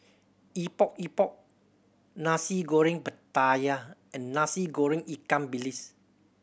Epok Epok Nasi Goreng Pattaya and Nasi Goreng ikan bilis